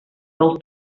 del